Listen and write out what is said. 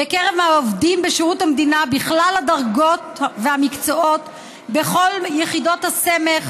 "בקרב העובדים בשירות המדינה בכלל הדרגות והמקצועות בכל יחידות הסמך,